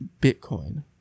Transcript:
bitcoin